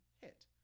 hit